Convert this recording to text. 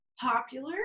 popular